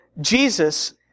Jesus